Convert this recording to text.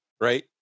right